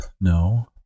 No